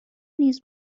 نیز